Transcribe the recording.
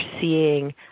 seeing